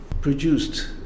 produced